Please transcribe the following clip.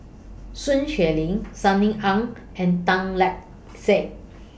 Sun Xueling Sunny Ang and Tan Lark Sye